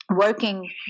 working